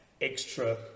extra